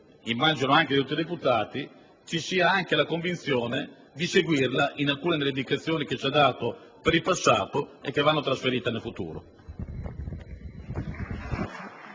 immagino - anche di tutti i deputati, ci sia anche la convinzione di seguirla in alcune delle indicazioni che ci ha dato per il passato e che vanno trasferite nel futuro.